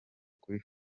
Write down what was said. kuri